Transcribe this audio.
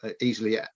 easily